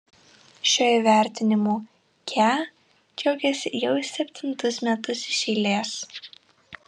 šiuo įvertinimu kia džiaugiasi jau septintus metus iš eilės